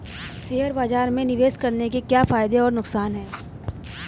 Share बाज़ार में निवेश करने के क्या फायदे और नुकसान हैं?